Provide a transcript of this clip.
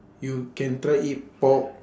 you can try eat pork